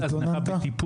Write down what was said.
ועוד ממנו?